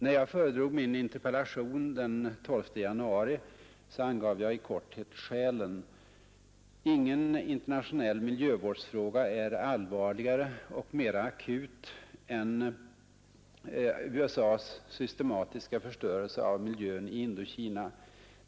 När jag föredrog min interpellation den 12 januari angav jag i korthet skälen. Ingen internationell miljövårdsfråga är allvarligare och mera akut än USA s systematiska förstörelse av miljön i Indokina.